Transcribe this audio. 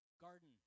garden